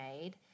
made